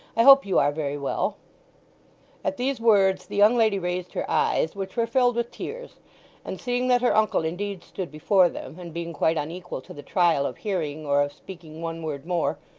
i hope you are very well at these words the young lady raised her eyes, which were filled with tears and seeing that her uncle indeed stood before them, and being quite unequal to the trial of hearing or of speaking one word more,